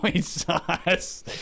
sauce